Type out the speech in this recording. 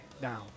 down